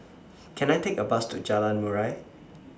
Can I Take A Bus to Jalan Murai